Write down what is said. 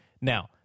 Now